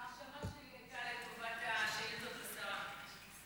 ההרשמה שלי הייתה לטובת השאילתות לשרה.